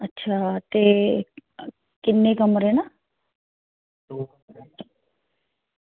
अच्छा ते किन्ने कमरे न